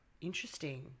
interesting